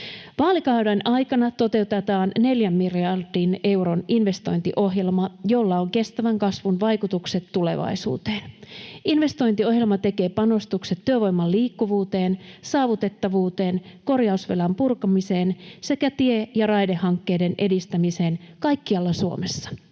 Vaalikauden aikana toteutetaan neljän miljardin euron investointiohjelma, jolla on kestävän kasvun vaikutukset tulevaisuuteen. Investointiohjelma tekee panostukset työvoiman liikkuvuuteen, saavutettavuuteen, korjausvelan purkamiseen sekä tie- ja raidehankkeiden edistämiseen kaikkialla Suomessa.